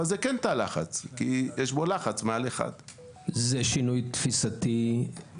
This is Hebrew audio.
אבל זה כן תא לחץ כי יש בו לחץ מעל 1. זה שינוי תפיסתי משמעותי.